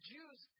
Jews